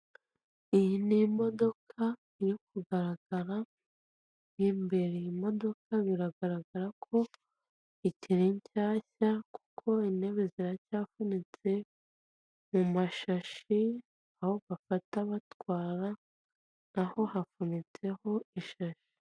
Iyi ni imodoka iri kugaragara mu imbere iyi imodoka biragaragara ko ikiri nshyashya kuko intebe ziracyafunitse mu mashashi aho bafata batwara naho hafunitseho ishari.